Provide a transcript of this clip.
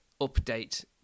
update